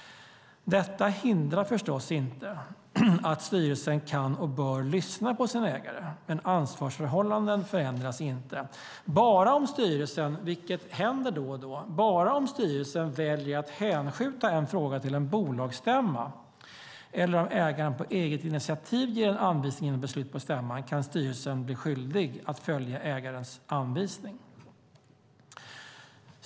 Detta hindrar förstås inte att styrelsen kan och bör lyssna på sin ägare. Men ansvarsförhållandena förändras inte. Bara om styrelsen - vilket händer då och då - väljer att hänskjuta en fråga till en bolagsstämma eller om ägaren på eget initiativ ger en anvisning om beslut på stämman kan styrelsen bli skyldig att följa ägarens anvisning.